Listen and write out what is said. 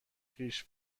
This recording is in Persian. خویش